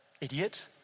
idiot